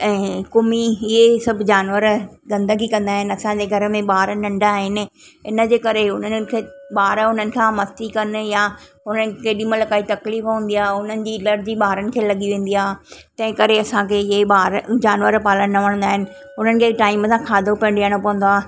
ऐं कुमी इहे सभु जानवर गंदगी कंदा आहिनि असांजे घर में ॿार नन्ढा आहिनि इन जे करे उन्हनि खे ॿार उन्हनि खां मस्ती कनि यां उन्हनि खे केॾी महिल काई तक़्लीफ़ हूंदी आहे उन्हनि जी एलर्जी ॿारनि खे लॻी वेंदी आहे तंहिं करे असांखे इहे ॿार जानवर पालणु न वणंदा आहिनि उन्हनि खे टाईम सां खाधो पिणि ॾियणो पवंदो आहे